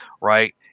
right